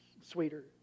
sweeter